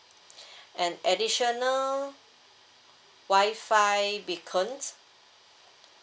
and additional wi-fi beacon